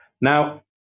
Now